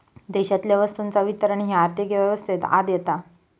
देशातल्या वस्तूंचा वितरण ह्या आर्थिक व्यवस्थेच्या आत येता